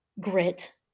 grit